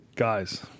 Guys